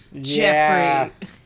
Jeffrey